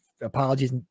apologies